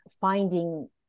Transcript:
finding